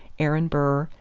aaron burr,